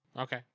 Okay